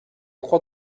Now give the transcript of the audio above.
crois